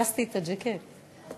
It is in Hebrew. אתה